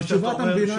מה שאתה אומר,